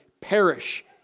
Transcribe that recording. perish